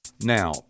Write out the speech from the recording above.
Now